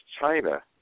China